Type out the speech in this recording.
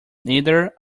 neither